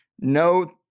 No